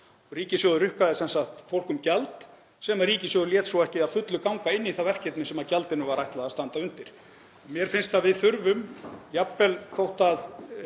Ríkissjóður rukkaði sem sagt fólk um gjald sem ríkissjóður lét svo ekki að fullu ganga inn í það verkefni sem gjaldinu var ætlað að standa undir. Mér finnst að við þurfum, jafnvel þótt við